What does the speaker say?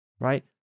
right